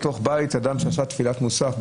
לאדם שנשא תפילת מוסף,